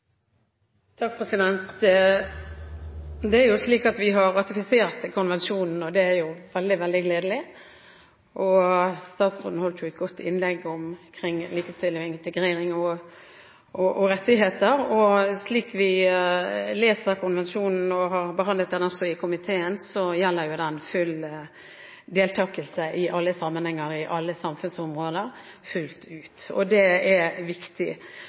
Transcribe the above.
er veldig gledelig. Statsråden holdt et godt innlegg om likestilling, integrering og rettigheter. Slik vi leser konvensjonen og har behandlet den, også i komiteen, gjelder den full deltakelse i alle sammenhenger og på alle samfunnsområder, og det er viktig. Når det gjelder de funksjonshemmede og den høringen som regjeringen har ute nå, og som det er